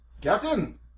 Captain